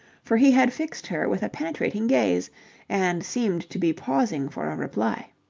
for he had fixed her with a penetrating gaze and seemed to be pausing for a reply.